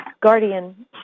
guardian